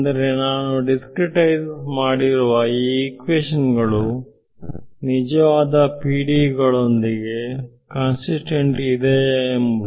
ಅಂದರೆ ನಾನು ದಿಸ್ಕ್ರೀಟ್ಐಸ್ ಮಾಡಿರುವ ಈ ಇಕ್ವೇಶನ್ ಗಳು ನಿಜವಾದ PDE ಗಳೊಂದಿಗೆ ಕನ್ಸಿಸ್ತೆಂಟ್ ಇದೆಯಾ ಎಂದು